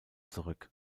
zurück